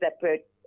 separate